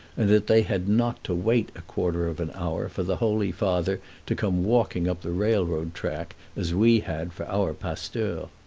and that they had not to wait a quarter of an hour for the holy father to come walking up the railroad track, as we had for our pasteur.